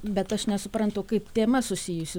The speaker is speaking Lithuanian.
bet aš nesuprantu kaip tema susijusi